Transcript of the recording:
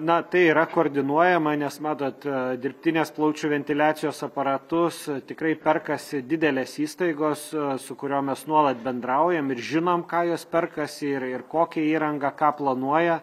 na tai yra koordinuojama nes matot dirbtinės plaučių ventiliacijos aparatus tikrai perkasi didelės įstaigos su kuriom mes nuolat bendraujam ir žinom ką jos perkasi ir ir kokią įrangą ką planuoja